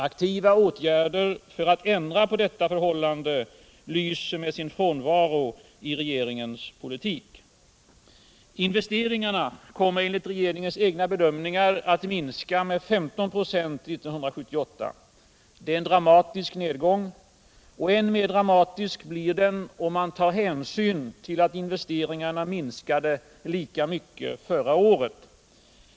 Aktiva åtgärder för att ändra på detta förhållande lyser med sin frånvaro i regeringens politik. Investeringarna kommer enligt regeringens egna bedömningar att minska med 15 96 1978. Det är en dramatisk nedgång. Än mer dramatisk blir den, om man tar hänsyn till att investeringarna minskade lika mycket förra året.